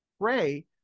pray